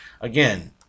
Again